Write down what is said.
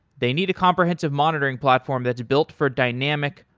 they need a comprehensive monitoring platform that's built for dynamic,